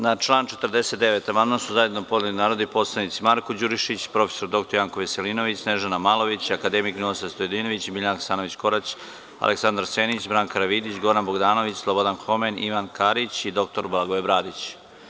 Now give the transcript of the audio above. Na član 49. amandman su zajedno podneli narodni poslanici Marko Đurišić, prof. dr Janko Veselinović, Snežana Malović, akademik Ninoslav Stojadinović, Biljana Hasanović Korać, Aleksandar Senić, Branka Karavidić, Goran Bogdanović, Slobodan Homen, Ivan Karić i dr Blagoje Bradić.